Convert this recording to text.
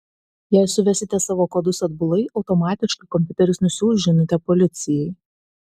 jei suvesite savo kodus atbulai automatiškai kompiuteris nusiųs žinutę policijai